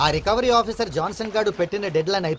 recovery officer johnson's but and deadline